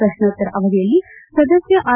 ಪ್ರಶ್ನೋತ್ತರ ಅವಧಿಯಲ್ಲಿ ಸದಸ್ಕ ಆರ್